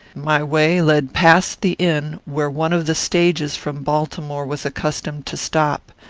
my way led past the inn where one of the stages from baltimore was accustomed to stop.